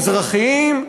אם הם נראים כמו מזרחים,